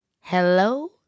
Hello